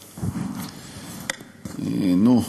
נו,